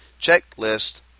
Checklist